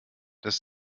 dass